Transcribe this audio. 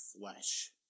flesh